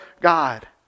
God